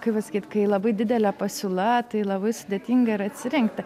kaip pasakyt kai labai didelė pasiūla tai labai sudėtinga yra atsirinkti